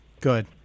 Good